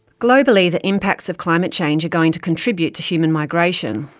globally, the impacts of climate change are going to contribute to human migration.